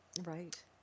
Right